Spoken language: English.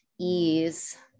Ease